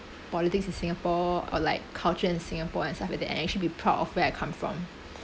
politics in singapore or like culture in singapore and stuff like that and actually be proud of where I come from